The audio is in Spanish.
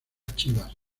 chivas